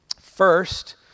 First